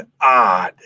odd